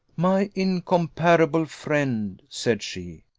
my incomparable friend, said she,